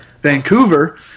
Vancouver